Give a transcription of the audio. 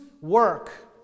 work